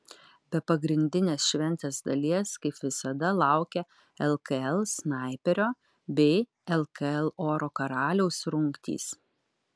be pagrindinės šventės dalies kaip visada laukia lkl snaiperio bei lkl oro karaliaus rungtys